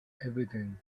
everything